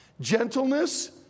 Gentleness